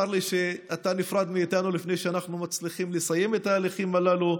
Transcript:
צר לי שאתה נפרד מאיתנו לפני שאנחנו מצליחים לסיים את ההליכים הללו.